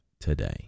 today